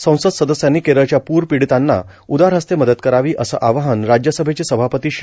संसद सदस्यांनी केरळच्या पूरपीडितांना उदारहस्ते मदत करावी असं आवाहन राज्यसभेचे सभापती श्री